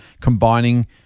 combining